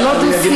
זה לא דו-שיח.